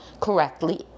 correctly